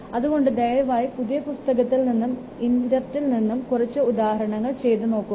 അതുകൊണ്ട് ദയവായി പുതിയ പുസ്തകത്തിൽ നിന്നും ഇൻറർനെറ്റിൽ നിന്നും കുറച്ച് ഉദാഹരണങ്ങൾ ചെയ്തു നോക്കുക